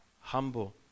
Humble